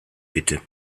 bitte